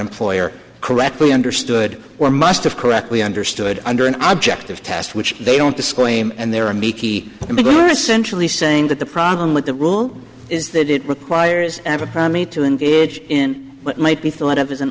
employer correctly understood or must have correctly understood under an objective test which they don't disclaim and there are beginner essentially saying that the problem with the rule is that it requires me to engage in what might be thought of as an